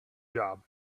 job